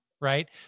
Right